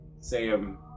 Sam